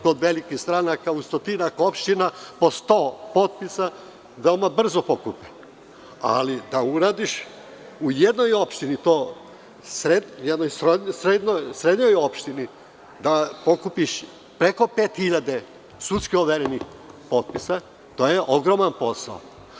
Kod velikih stranaka u stotinak opština po 100 potpisa, veoma brzo se pokupe, ali u jednoj opštini da uradiš to, u jednoj srednjoj opštini da pokupiš preko 5.000 sudski overenih potpisa, to je ogroman posao.